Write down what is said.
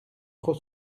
trop